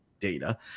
data